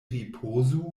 ripozu